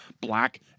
Black